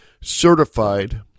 certified